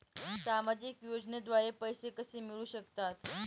सामाजिक योजनेद्वारे पैसे कसे मिळू शकतात?